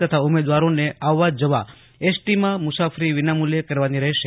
તથા ઉમેદવારોને આવવા જવા જી્માં મુસાફરી વિનામૂલ્યે કરવાની રહેશે